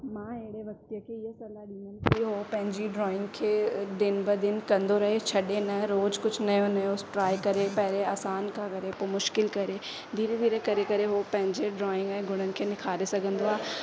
मां अहिड़े वक़्ति जंहिं खे इहा सलाह ॾींदमि कि उहे पंहिंजी ड्रॉइंग खे दिन बि दिन कंदो रहे छॾे न रोज़ु कुझु नओं नओं ट्राए करे पहिरें आसान खां करे पोइ मुश्किल करे धीरे धीरे करे करे उहे पंहिंजे ड्रॉइंग ऐं गुणनि खे निखारे सघंदो आहे